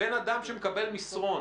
בין אדם שקיבל מסרון